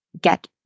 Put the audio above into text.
Get